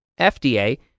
FDA